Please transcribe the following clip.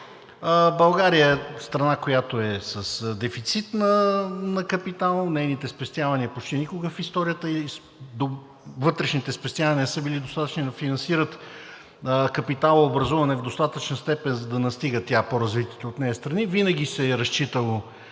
България е страна, която е с дефицит на капитал. Нейните спестявания почти никога в историята, вътрешните ѝ спестявания, не са били достатъчни да финансират капитала, образуван в достатъчна степен, за да настига тя по-развитите от нея страни. Говоря за цялата